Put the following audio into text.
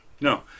No